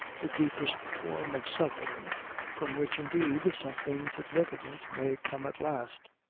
the deepest form of suffering from which indeed something significant may come at last,